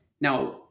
Now